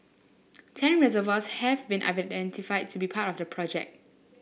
ten reservoirs have been identified to be part of the project